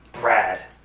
Brad